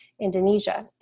Indonesia